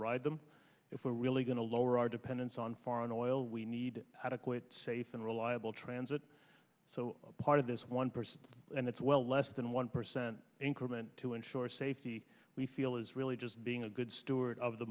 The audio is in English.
ride them if we're really going to lower our dependence on foreign oil we need adequate safe and reliable transit so part of this one percent and it's well less than one percent increment to ensure safety we feel is really just being a good steward of the